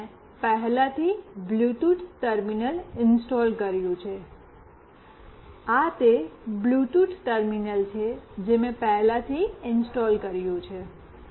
તેથી મેં પહેલાથી બ્લૂટૂથ ટર્મિનલ ઇન્સ્ટોલ કર્યું છે આ તે બ્લૂટૂથ ટર્મિનલ છે જે મેં પહેલાથી ઇન્સ્ટોલ કર્યું છે